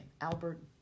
Albert